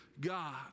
God